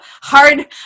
hard